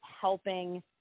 helping